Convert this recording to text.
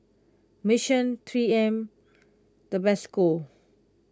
Mission three M Tabasco